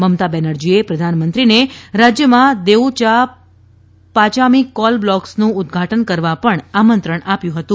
મમતા બેનરજીએ પ્રધાનમંત્રીને રાજ્યમાં દેઉયાપાયામી કોલ બ્લોક્સનું ઉદઘાટન કરવા પણ આમત્રણ આપ્યું હતુ